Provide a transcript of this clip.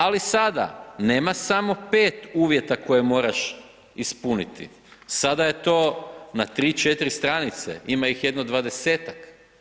Ali, sada nema samo 5 uvijete koje moraš ispuniti, sada je to na 3, 4 stranice, ima ih jedno 20-tak.